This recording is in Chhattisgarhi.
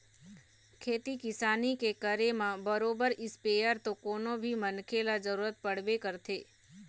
खेती किसानी के करे म बरोबर इस्पेयर तो कोनो भी मनखे ल जरुरत पड़बे करथे